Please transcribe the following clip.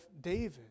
David